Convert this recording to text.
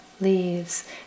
leaves